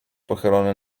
pochylony